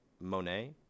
Monet